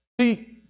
See